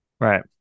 Right